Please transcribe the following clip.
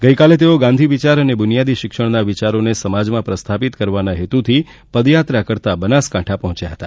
ગઇકાલે તેઓ ગાંધી વિચાર અને બુનિયાદી શિક્ષણના વિાચરોને સમાજનાં પ્રસ્થાપિત કરવાના હેતુથી પદયાત્રા કરતા બનાસકાંઠા પહોંચ્યા હતા